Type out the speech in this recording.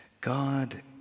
God